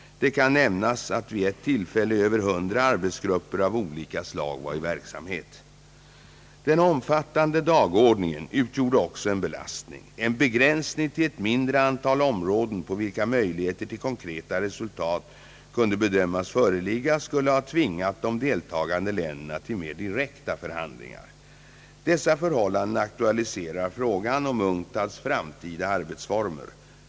Det kan nämnas att vid ett tillfälle över hundra arbetsgrupper av olika slag var i verksamhet. Den omfattande dagordningen utgjorde också en belastning. En begränsning till ett mindre antal områden, på vilka möjligheter till konkreta resultat kunde bedömas föreligga, skulle ha tvingat de deltagande länderna till mer direkta förhandlingar. Dessa förhållanden aktualiserar frågan om UNCTAD:s framtida arbetsformer.